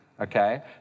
Okay